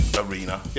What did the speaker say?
arena